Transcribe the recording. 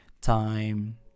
time